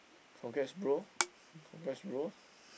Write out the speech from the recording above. congrats bro congrats bro